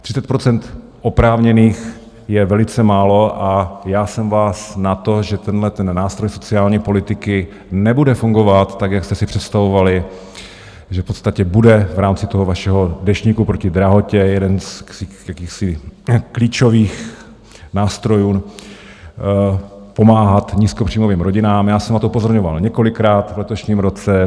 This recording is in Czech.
Třicet procent oprávněných je velice málo a já jsem vás na to, že tenhleten nástroj sociální politiky nebude fungovat tak, jak jste si představovali, že v podstatě bude v rámci toho vašeho Deštníku proti drahotě jeden z jakýchsi klíčových nástrojů pomáhat nízkopříjmovým rodinám, já jsem na to upozorňoval několikrát v letošním roce.